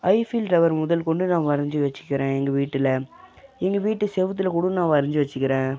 Eiffel Tower முதல் கொண்டு நான் வரைஞ்சி வச்சுக்குறேன் எங்கள் வீட்டில் எங்கள் வீட்டு செவுத்தில் கூடம் நான் வரைஞ்சு வச்சுக்குறேன்